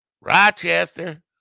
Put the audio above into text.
Rochester